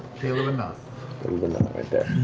caleb and nott right there,